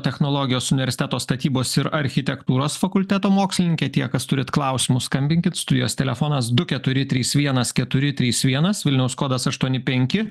technologijos universiteto statybos ir architektūros fakulteto mokslininkė tie kas turit klausimų skambinkit studijos telefonas du keturi trys vienas keturi trys vienas vilnius kodas aštuoni penki